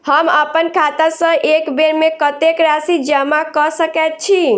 हम अप्पन खाता सँ एक बेर मे कत्तेक राशि जमा कऽ सकैत छी?